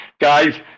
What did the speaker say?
Guys